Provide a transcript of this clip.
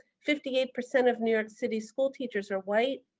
fifty eight percent of new york city school teachers are white,